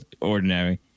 ordinary